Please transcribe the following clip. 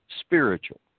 spiritual